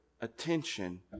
attention